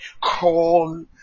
call